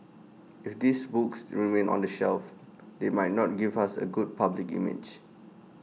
if these books remain on the shelf they might not give us A good public image